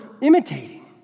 imitating